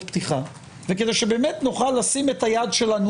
פתיחה וכדי שבאמת נוכל לשים את היד שלנו,